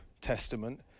testament